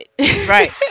right